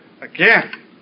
again